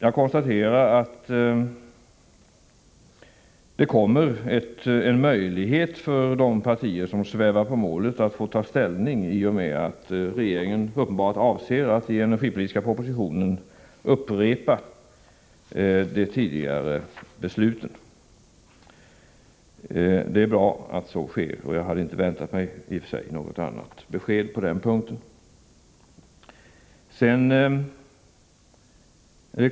Jag konstaterar att det kommer en möjlighet för de partier som svävar på målet att ta ställning, i och med att regeringen uppenbarligen avser att i den energipolitiska propositionen upprepa de tidigare ställningstagandena. Det är bra att så sker, och jag hade i och för sig inte väntat mig något annat besked på den punkten.